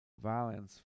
Violence